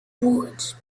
wood